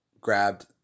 grabbed